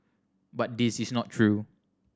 but this is not true